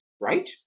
Right